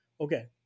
okay